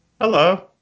hello